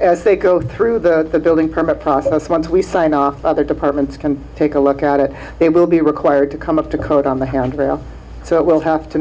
as they go through the building permit process once we sign off the department can take a look at it they will be required to come up to code on the handrail so we'll have to